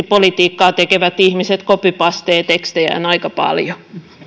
politiikkaa tekevät ihmiset copypasteavat tekstejään aika paljon